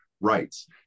rights